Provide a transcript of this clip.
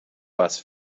bus